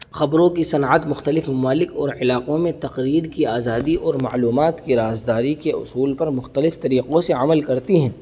خبروں کی صنعت مختلف ممالک اور علاقوں میں تقریر کی آزادی اور معلومات کی رازداری کے اصول پر مختلف طریقوں سے عمل کرتی ہیں